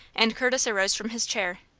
and curtis arose from his chair.